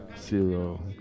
Zero